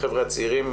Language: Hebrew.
החבר'ה הצעירים,